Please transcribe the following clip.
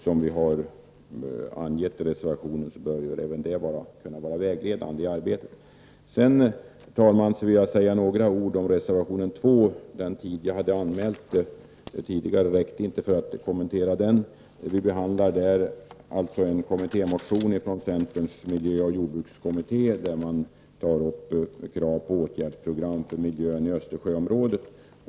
Som vi anger i reservationen bör detta vara vägledande för arbetet. Därefter, herr talman, vill jag säga några ord om reservation 2. Den tid som jag hade anmält tidigare räckte inte till att kommentera den. Vi behandlar där en kommittémotion från centerns miljöoch jordbrukskommitté med krav på åtgärdsprogram för miljön i Östersjöområdet.